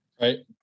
Right